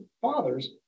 fathers